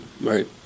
Right